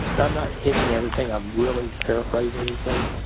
and i'm not hitting everything. i'm really paraphrasing these things.